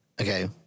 Okay